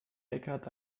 eckhart